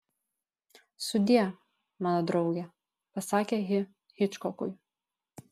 sudie mano drauge pasakė ji hičkokui